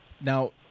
Now